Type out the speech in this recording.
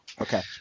Okay